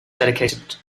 dedicated